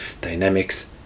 dynamics